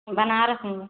बनारस में